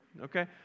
Okay